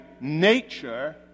nature